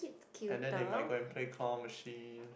and then they might go and play claw machine